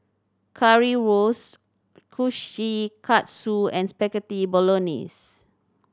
Currywurst Kushikatsu and Spaghetti Bolognese